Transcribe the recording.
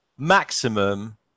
maximum